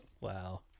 Wow